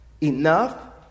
enough